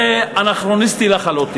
זה אנכרוניסטי לחלוטין.